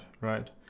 right